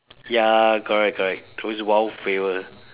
ya correct correct those wild flavoured